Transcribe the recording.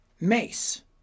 Mace